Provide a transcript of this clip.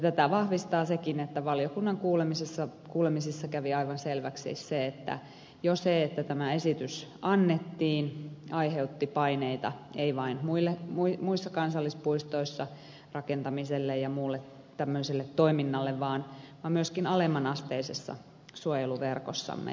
tätä vahvistaa sekin että valiokunnan kuulemisessa kävi aivan selväksi että jo se että tämä esitys annettiin aiheutti paineita ei vain muissa kansallispuistoissa rakentamiselle ja muulle tämmöiselle toiminnalle vaan myöskin alemmanasteisessa suojeluverkossamme